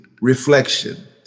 reflection